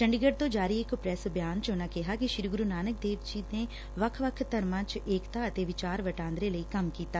ਚੰਡੀਗੜ ਤੋਂ ਜਾਰੀ ਇਕ ਪ੍ਰੈਸ ਬਿਆਨ ਚ ਉਨਾਂ ਕਿਹਾ ਕਿ ਸ੍ਰੀ ਗੁਰੁ ਨਾਨਕ ਦੇਵ ਜੀ ਨੇ ਵੱਖ ਵੱਖ ਧਰਮਾਂ ਚ ਏਕਤਾ ਅਤੇ ਵਿਚਾਰ ਵਟਾਂਦਰੇ ਲਈ ਕੰਮ ਕੀਤਾ